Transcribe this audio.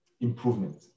improvement